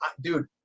dude